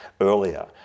earlier